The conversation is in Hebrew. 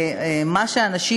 מה שאנשים,